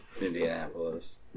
Indianapolis